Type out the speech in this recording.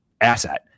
asset